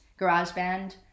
GarageBand